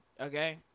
okay